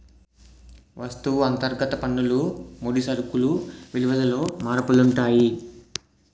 వస్తువు అంతర్గత పన్నులు ముడి సరుకులు విలువలలో మార్పులు ఉంటాయి